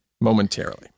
momentarily